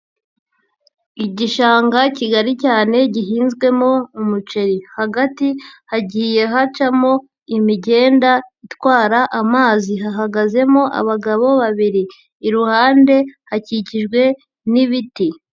Igishanga kigari cyane gihinzwemo umuceri, hagati hagiye hacamo imigenda itwara amazi, hahagazemo abagabo babiri, iruhande hakikijwe n'ibiti.